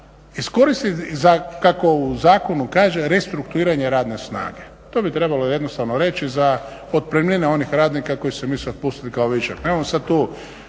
iskoristiti za kako u zakonu kaže restruktuiranje radne snage. To bi trebalo jednostavno reći za otpremnine onih radnika koje se mislilo otpustiti kao višak.